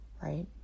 right